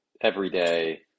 everyday